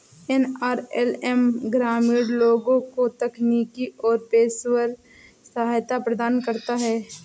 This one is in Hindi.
एन.आर.एल.एम ग्रामीण लोगों को तकनीकी और पेशेवर सहायता प्रदान करता है